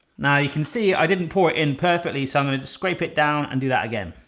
now you can see, i didn't pour in perfectly. so i'm gonna just scrape it down and do that again.